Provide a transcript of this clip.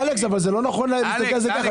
אלכס, זה לא נכון להגיד את זה כך.